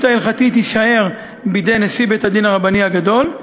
ההלכתית תישאר בידי נשיא בית-הדין הרבני הגדול,